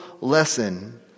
lesson